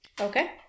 Okay